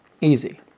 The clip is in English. easy